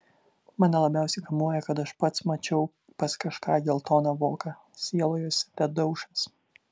mane labiausiai kamuoja kad aš pats mačiau pas kažką geltoną voką sielojosi tadeušas